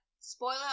Spoiler